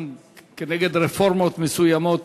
גם כנגד רפורמות מסוימות